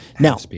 Now